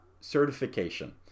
certification